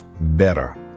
better